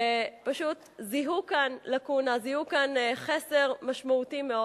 שזיהו כאן לקונה, זיהו כאן חסר משמעותי מאוד.